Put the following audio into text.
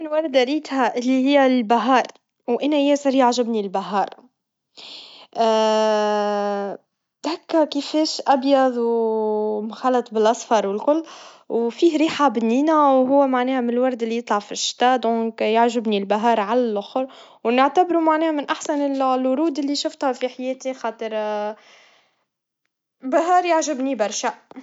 أجمل زهرة شفتها كانت الورد الأحمر في حديقة جدتي. كانت في فصل الربيع، وكل الورد كان متفتح. الريحة كانت عطرة، وكانت تعطي جو رومانسي. كل مرة نمشي للحديقة، نحس بفرحة وراحة، وهذا يخلي الورد في بالي كرمز للجمال.